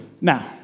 Now